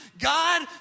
God